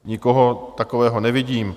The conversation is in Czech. Nikoho takového nevidím.